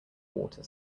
water